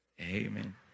Amen